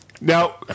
Now